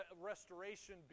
restoration